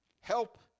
help